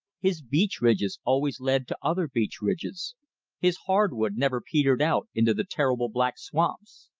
his beech ridges always led to other beech ridges his hardwood never petered out into the terrible black swamps.